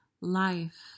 life